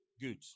Good